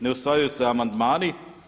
Ne usvajaju se amandmani.